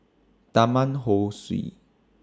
Taman Ho Swee